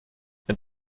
and